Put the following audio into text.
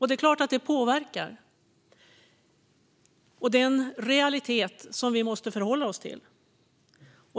Det är klart att detta påverkar, och det är en realitet som vi måste förhålla oss till.